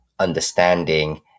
understanding